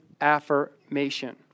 Affirmation